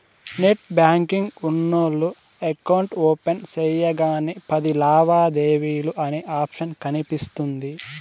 net banking ఉన్నోల్లు account open సెయ్యగానే పది లావాదేవీలు అనే ఆప్షన్ కనిపిస్తుంది